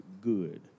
good